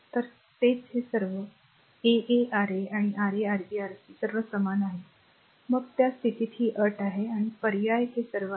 तर तेच हे सर्व a a R a आहे Ra Rb Rc सर्व समान आहेत मग त्या स्थितीत ही अट आहे आणि पर्याय हे सर्व आहे